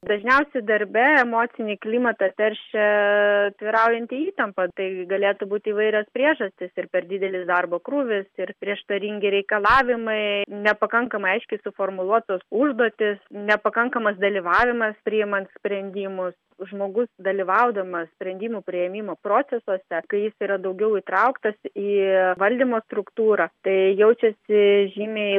dažniausiai darbe emocinį klimatą teršia vyraujanti įtampa taigi galėtų būti įvairios priežastys ir per didelis darbo krūvis ir prieštaringi reikalavimai nepakankamai aiškiai suformuluotos užduotys nepakankamas dalyvavimas priimant sprendimus žmogus dalyvaudamas sprendimų priėmimo procesuose kai jis yra daugiau įtrauktas į valdymo struktūrą tai jaučiasi žymiai